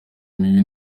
mibi